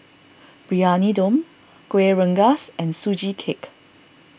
Briyani Dum Kueh Rengas and Sugee Cake